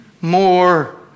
more